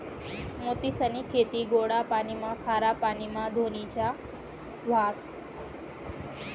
मोतीसनी खेती गोडा पाणीमा, खारा पाणीमा धोनीच्या व्हस